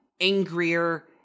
angrier